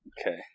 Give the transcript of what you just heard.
Okay